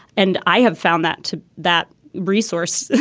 and i have found that to that resource,